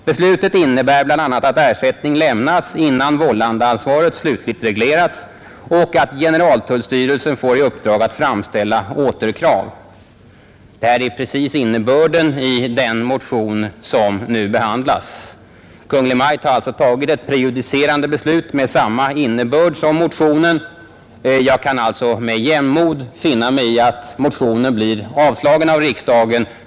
Beslutet innebär bl.a. att ersättning lämnas innan vållandeansvaret slutligt reglerats och att generaltullstyrelsen får i uppdrag att framställa återkrav.” Detta är precis innebörden av den motion som nu behandlas. Kungl. Maj:t har alltså tagit ett prejudicerande beslut med samma innebörd som motionen. Jag kan alltså som huvudmotionär med jämnmod finna mig i att motionen blir avslagen av riksdagen.